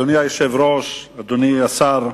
אדוני היושב-ראש, אדוני השר,